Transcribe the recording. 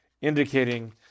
indicating